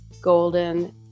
golden